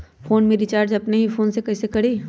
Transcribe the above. Phone में recharge अपने ही फ़ोन से कईसे करी?